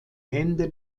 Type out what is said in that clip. ende